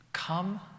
Come